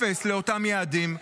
אפס לאותם יעדים.